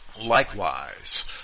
Likewise